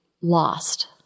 lost